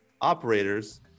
operators